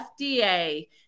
FDA